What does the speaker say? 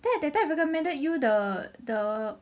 that time I recommended you the the